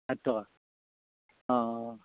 ষাঠি টকা অঁ অঁ